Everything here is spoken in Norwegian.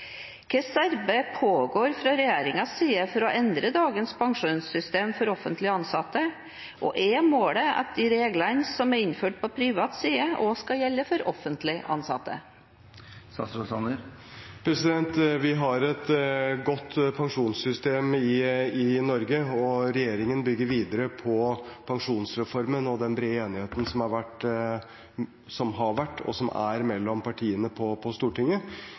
slags arbeid pågår fra regjeringens side for å endre dagens pensjonssystem for offentlig ansatte? Og er målet at de reglene som er innført på privat side, også skal gjelde for offentlig ansatte? Vi har et godt pensjonssystem i Norge, og regjeringen bygger videre på pensjonsreformen og den brede enigheten som har vært, og som er, mellom partiene på Stortinget.